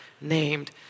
named